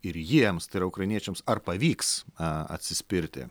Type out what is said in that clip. ir jiems tai yra ukrainiečiams ar pavyks atsispirti